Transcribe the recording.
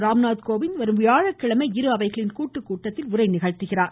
ராம்நாத் கோவிந்த் வரும் வியாழக்கிழமை இரு அவைகளின் கூட்டுக் கூட்டத்தில் உரையாற்றுகிறார்